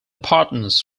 partners